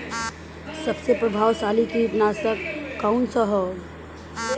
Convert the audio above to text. सबसे प्रभावशाली कीटनाशक कउन सा ह?